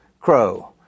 crow